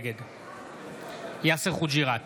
נגד יאסר חוג'יראת,